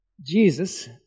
Jesus